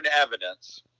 evidence